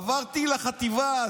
עברתי לחטיבה,